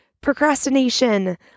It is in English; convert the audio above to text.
procrastination